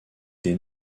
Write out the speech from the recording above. des